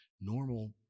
normal